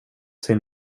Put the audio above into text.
sin